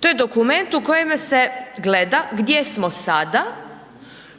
to je dokument u kojemu se gleda gdje smo sada,